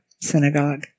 synagogue